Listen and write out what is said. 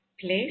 place